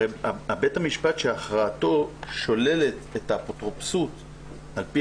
הרי בית המשפט שהכרעתו שוללת את האפוטרופסות על פי